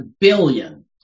billion